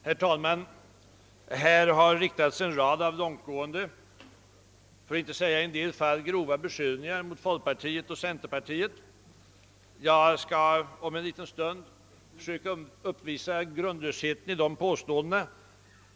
Herr talman! Här har riktats en rad långtgående — för att inte säga i en del fall grova — beskyllningar mot folkpartiet och centerpartiet. Jag skall om en liten stund bevisa grundlösheten i dessa påståenden.